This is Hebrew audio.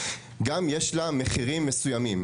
גם יש לה מחירים מסוימים.